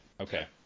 Okay